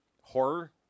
horror